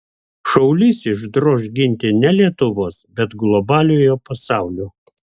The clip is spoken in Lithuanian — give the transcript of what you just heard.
šaulys išdroš ginti ne lietuvos bet globaliojo pasaulio